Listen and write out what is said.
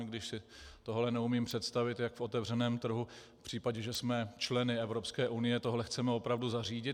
I když si tohle neumím představit, jak v otevřeném trhu v případě, že jsme členy Evropské unie, tohle chceme opravdu zařídit.